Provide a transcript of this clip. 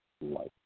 life